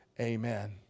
amen